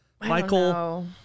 michael